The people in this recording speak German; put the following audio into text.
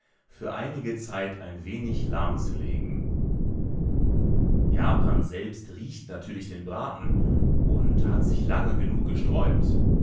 für einige zeit ein wenig lahmzulegen japan selbst riecht natürlich den braten und hat sich lange genug gesträubt